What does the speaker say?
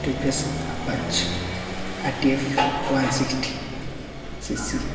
TVS apache R T F one sixty six